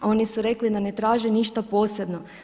A oni su rekli da ne traže ništa posebno.